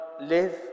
live